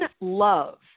love